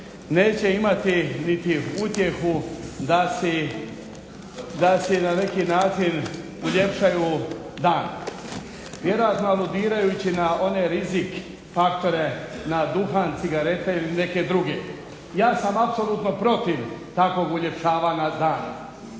neće imati niti utjehu da si na neki način uljepšaju dan, vjerojatno aludirajući na one rizik faktore na duhan, cigarete ili neke druge. Ja sam apsolutno protiv takvog uljepšavanja dana